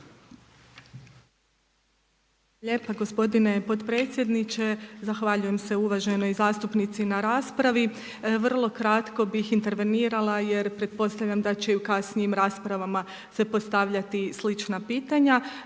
lijepa gospodine podpredsjedniče, zahvaljujem se uvaženoj zastupnici na raspravi. Vrlo kratko bih intervenirala jer pretpostavljam da će i u kasnijim raspravama se postavljati slična pitanja,